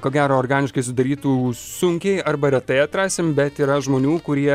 ko gero organiškai sudarytų sunkiai arba retai atrasim bet yra žmonių kurie